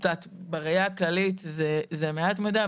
בראייה הכללית זה מעט מדי,